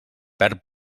perd